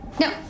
no